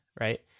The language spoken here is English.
right